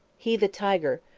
he the tiger,